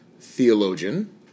theologian